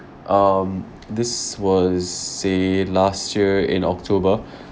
um this was say last year in october